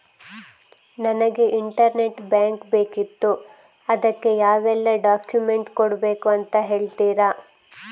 ನನಗೆ internet bank ಬೇಕಿತ್ತು ಅದಕ್ಕೆ ಯಾವೆಲ್ಲಾ ಡಾಕ್ಯುಮೆಂಟ್ಸ್ ಕೊಡ್ಬೇಕು ಅಂತ ಹೇಳ್ತಿರಾ?